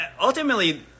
ultimately